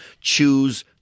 choose